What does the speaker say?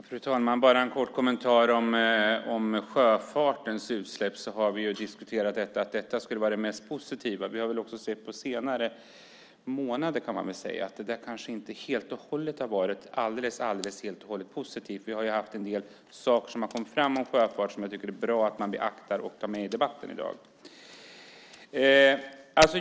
Fru talman! Jag har en kort kommentar om utsläppen från sjöfarten. Vi har diskuterat att det skulle vara det mest positiva. Vi har de senaste månaderna sett att det kanske inte helt och hållet har varit alldeles positivt. En del saker om sjöfart har kommit fram som det är bra att beakta i debatten.